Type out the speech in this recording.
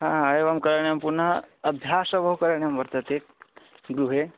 हा एवं करणीयं पुनः अभ्यसः वा करणीयं वर्तते गृहे